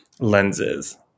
lenses